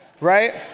right